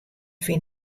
fyn